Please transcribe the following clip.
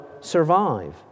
survive